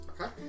Okay